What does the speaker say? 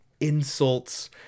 insults